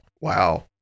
Wow